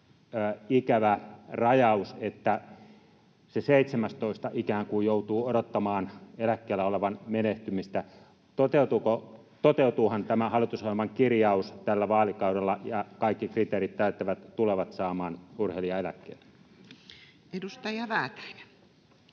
ikävä rajaus, että se 17. ikään kuin joutuu odottamaan eläkkeellä olevan menehtymistä. Toteutuuhan tämä hallitusohjelman kirjaus tällä vaalikaudella, että kaikki kriteerit täyttävät tulevat saamaan urheilijaeläkkeen? Edustaja Väätäinen.